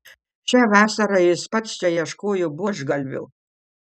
šią vasarą jis pats čia ieškojo buožgalvių